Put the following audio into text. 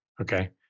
okay